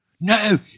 No